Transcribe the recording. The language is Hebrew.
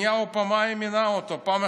נתניהו מינה אותו פעמיים,